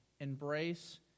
embrace